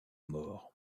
mort